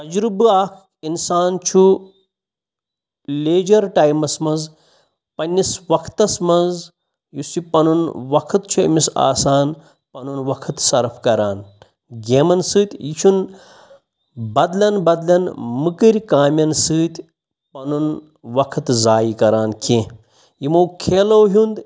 تَجرُبہ اَکھ اِنسان چھُ لیجَر ٹایمَس منٛز پَنٛنِس وَقتَس منٛز یُس یہِ پَنُن وَقت چھُ أمِس آسان پَنُن وَقت سرَف کَران گیمَن سۭتۍ یہِ چھُنہٕ بَدلَن بَدلٮ۪ن مٔکٕرۍ کامٮ۪ن سۭتۍ پَنُن وقت زایہِ کَران کینٛہہ یِمو کھیلو ہُنٛد